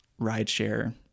rideshare